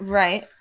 right